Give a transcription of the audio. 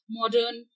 modern